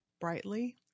brightly